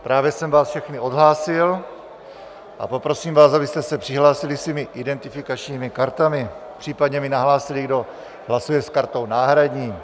Právě jsem vás všechny odhlásil a poprosím vás, abyste se přihlásili svými identifikačními kartami, případně mi nahlásili, kdo hlasuje s kartou náhradní.